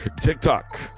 TikTok